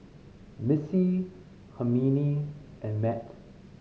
Missy Hermine and Mat